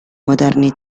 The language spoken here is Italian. moderni